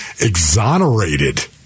exonerated